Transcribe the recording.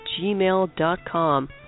gmail.com